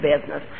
business